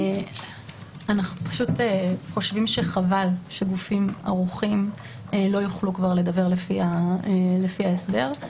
אנחנו פשוט חושבים שחבל שגופים ערוכים לא יוכלו כבר לדוור לפי ההסדר.